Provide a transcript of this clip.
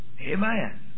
Amen